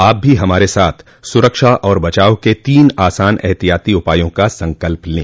आप भी हमारे साथ सुरक्षा और बचाव के तीन आसान एहतियाती उपायों का संकल्प लें